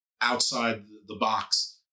outside-the-box